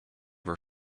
were